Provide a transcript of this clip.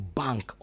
bank